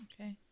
Okay